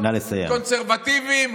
"קונסרבטיבים",